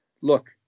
look